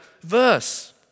verse